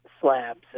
slabs